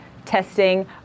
testing